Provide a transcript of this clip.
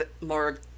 more